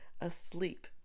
asleep